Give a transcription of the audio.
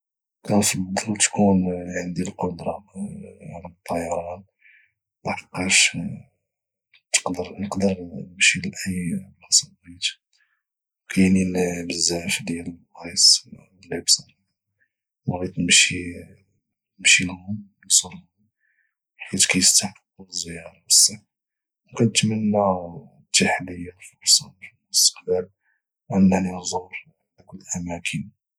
كنفضل تكون عندي القدرة على الطيران لحقاش نقدر نمشي لاي بلاصة بغيت وكاينين بزاف ديال البلايص اللي بصراحة بغيت نمشي لهم نزورهم حيت كيستحقو الزيارة بصح وكنتمتى تيح ليا الفرصة في المستقبل انني نزور دوك الاماكن من بعد